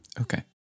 okay